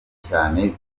cyane